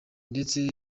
ndetse